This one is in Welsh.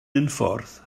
unffordd